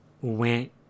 went